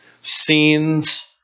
scenes